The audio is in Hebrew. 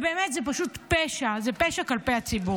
באמת, זה פשוט פשע, זה פשע כלפי הציבור.